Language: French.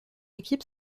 équipe